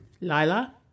Lila